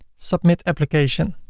submit application.